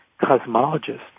cosmologists